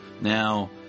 Now